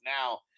now